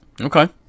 Okay